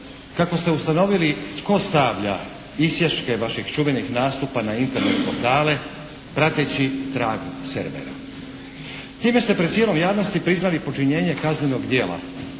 kako ste ustanovili tko stavlja isječke vaših čuvenih nastupa na Internet portale prateći trag servera. Time ste pred cijelom javnosti priznali počinjenje kaznenog djela